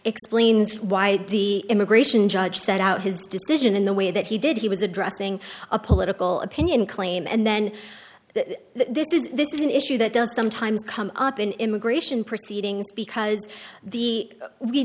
explains why the immigration judge set out his decision in the way that he did he was addressing a political opinion claim and then this is this is an issue that does sometimes come up in immigration proceedings because the we